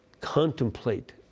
contemplate